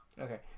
Okay